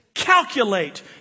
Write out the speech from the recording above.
calculate